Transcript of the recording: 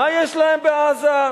מה יש להם בעזה?